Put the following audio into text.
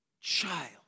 child